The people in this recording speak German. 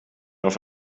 auf